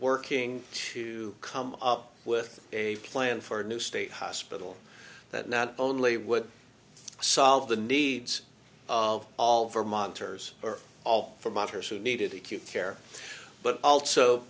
working to come up with a plan for a new state hospital that not only would solve the needs of all vermonters all for monsters who needed acute care but also